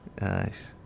Nice